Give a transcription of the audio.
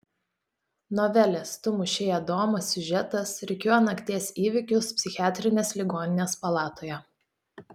novelės tu mušei adomą siužetas rikiuoja nakties įvykius psichiatrinės ligoninės palatoje